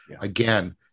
Again